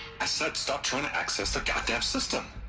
i said stop trying to access the goddamn system!